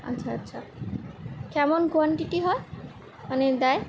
আচ্ছা আচ্ছা কেমন কোয়ান্টিটি হয় মানে দেয়